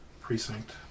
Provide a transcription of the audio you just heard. Precinct